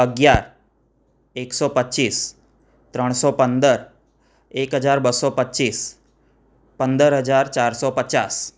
અગિયાર એકસો પચીસ ત્રણસો પંદર એક હજાર બસો પચીસ પંદર હજાર ચારસો પચાસ